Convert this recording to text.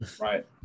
right